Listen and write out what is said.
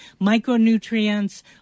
micronutrients